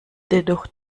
dennoch